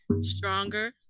stronger